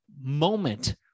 moment